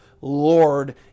Lord